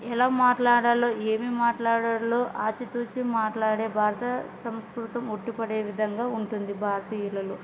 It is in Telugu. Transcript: ఎలా మాట్లాడాలో ఏమి మాట్లాడాలో ఆచితూచి మాట్లాడే భారత సంస్కృతం ఒట్టిపడే విధంగా ఉంటుంది భారతీయులలో